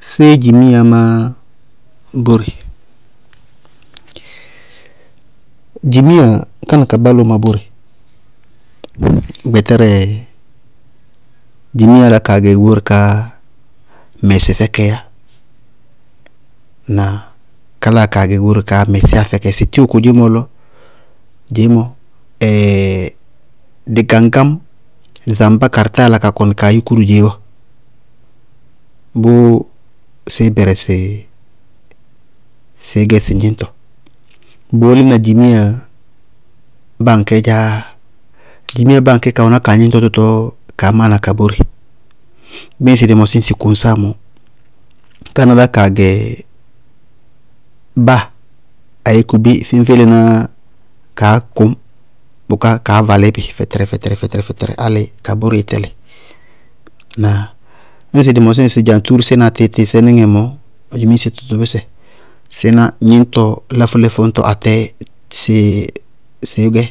Séé dzimiyaá má bóre? Dzimiya, kana ka bálʋʋ má bóre, gbɛtɛrɛ, dzimiyaá lá kaa gɛ goóre kaáa mɛsɩ fɛkɛɛyá. Ŋnáa? Ká láa kaa gɛ goóre kaá mɛsíya fɛkɛ sɩ tíwɔ kodzémɔ lɔ, dɩgaŋgáñ, zambá karɩ táa yála ka kɔŋ kaa yúkú dʋ dzeé bɔɔ, síí bɛrɛsɩ sɩí gɛ sɩ gníñtɔ, bʋʋ lína dzimiya báa aŋkɛ dzááyá, dzimiya báa aŋkɛ ka wɛná ka gníñtɔ tʋtɔɔ kaa máana ka bóre. Bíɩ dɩ mɔsí ŋsɩ koŋsáa mɔɔ, kánáá lá kaa gɛ ŋsɩ báa abéé kubé féñfélenáá yá, kaá kʋñ bʋká kaá valí bɩ fɛtɛr fɛtɛr fɛtɛr álɩ ka bóreé tɛlɩ. Ŋnáa? Ñŋsɩ dɩ mɔsí ŋsɩ dzaŋtúúrúsɛ na tɩɩ- tɩɩsɛ mɔ, dzimise tʋtʋbʋsɛ, síná gníñtɔ láfú láfú ñtɔ atɛɛ sɩí gɛ